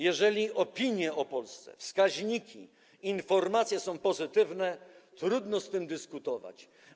Jeżeli opinie o Polsce, wskaźniki, informacje są pozytywne, to trudno z tym dyskutować.